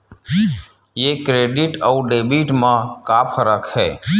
ये क्रेडिट आऊ डेबिट मा का फरक है?